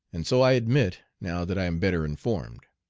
and so i admit, now that i am better informed.